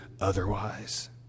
otherwise